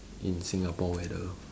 in singapore weather